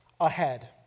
ahead